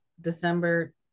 december